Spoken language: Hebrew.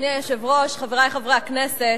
אדוני היושב-ראש, חברי חברי הכנסת,